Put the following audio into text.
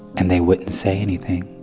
and they wouldn't say anything.